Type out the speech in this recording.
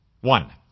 one